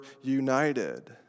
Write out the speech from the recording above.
united